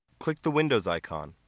click the windows icon,